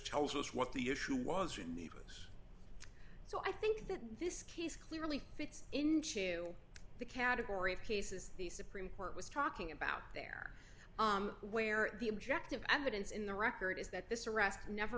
tells us what the issue was your neighbors so i think that this case clearly fits into the category of cases the supreme court was talking about there where the objective evidence in the record is that this arrest never